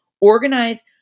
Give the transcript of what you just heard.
organize